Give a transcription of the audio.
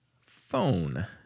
phone